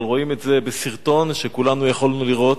אבל רואים את זה בסרטון שכולנו יכולנו לראות,